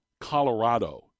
Colorado